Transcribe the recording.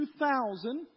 2000